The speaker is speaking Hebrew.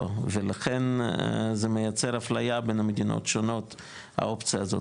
ולכן זה מייצר אפליה בין המדינות השונות האפשרות הזאת.